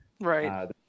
Right